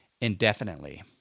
indefinitely